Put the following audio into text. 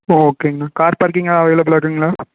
ஓ ஓகேங்ண்ணா கார் பார்க்கிங்குலா அவைலபிளாக இருக்கும்ங்களா